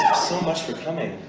so much for coming.